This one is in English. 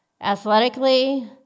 athletically